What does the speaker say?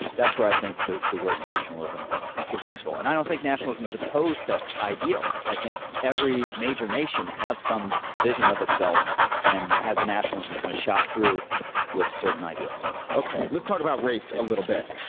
that's where i think the the word nationalism is useful and i don't think nationalism as opposed to ideals. i think every major nation have some vision of itself and has a nationalism a kind of shot through with certain ideals ok let's talk about race a little bit.